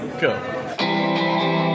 Go